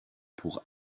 pour